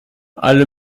alle